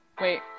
Wait